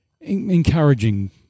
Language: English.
encouraging